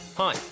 Hi